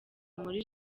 muri